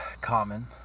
common